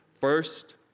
First